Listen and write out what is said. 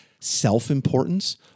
self-importance